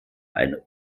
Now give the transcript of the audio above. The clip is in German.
eine